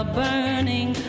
burning